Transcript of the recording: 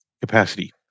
capacity